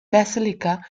basilica